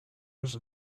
was